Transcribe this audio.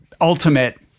ultimate